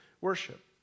worship